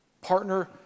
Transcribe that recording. Partner